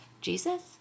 Jesus